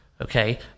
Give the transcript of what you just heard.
okay